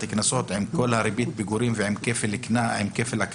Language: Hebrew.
קנסות עם כל הריבית פיגורים ועם כפל הקנס,